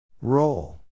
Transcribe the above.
roll